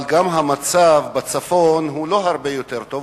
אבל גם בצפון המצב לא הרבה יותר טוב.